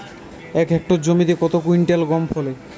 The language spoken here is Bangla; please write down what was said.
এক হেক্টর জমিতে কত কুইন্টাল গম ফলে?